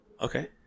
Okay